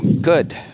Good